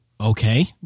okay